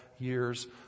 years